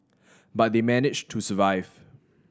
but they manage to survive